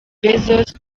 bezos